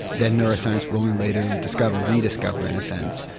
then neuroscience will only later discover, rediscover in a sense.